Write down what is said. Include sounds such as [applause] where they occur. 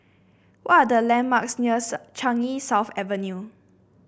what are the landmarks near [unintelligible] Changi South Avenue